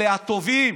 אלה הטובים,